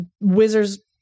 Wizard's